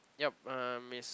yup um is